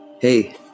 Hey